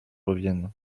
reviennes